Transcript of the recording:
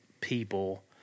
people